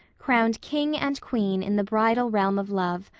crowned king and queen in the bridal realm of love,